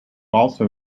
also